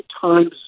times